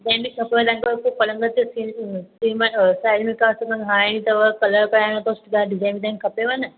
कंहिं बि पलंग ते सिनरियूं हूंदियूं हणाईंदियूं अथव कलर कराइणो अथव त डिज़ाइन विज़ाइन खपेव न